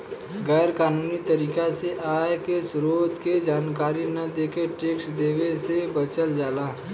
गैर कानूनी तरीका से आय के स्रोत के जानकारी न देके टैक्स देवे से बचल जाला